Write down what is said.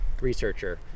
researcher